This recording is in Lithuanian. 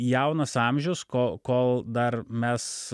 jaunas amžius ko kol dar mes